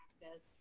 practice